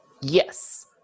Yes